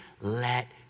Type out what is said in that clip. Let